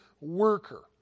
worker